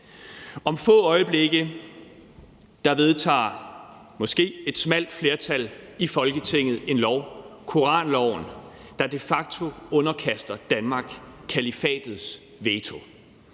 Om få øjeblikke vedtager et smalt flertal i Folketinget måske en lov, koranloven, der de facto underkaster Danmark kalifatets veto.